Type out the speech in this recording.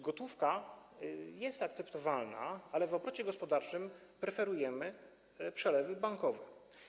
Gotówka jest akceptowalna, ale w obrocie gospodarczym preferujemy przelewy bankowe.